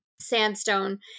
sandstone